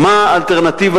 ובתיאום עם לוח הזמנים,